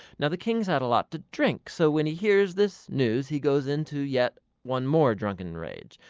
now the king's had a lot to drink, so when he hears this news he goes into yet one more drunken rage.